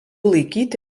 laikyti